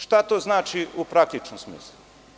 Šta to znači u praktičnom smislu?